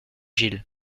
gille